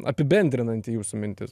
apibendrinanti jūsų mintis